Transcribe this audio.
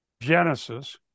Genesis